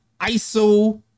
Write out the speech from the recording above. ISO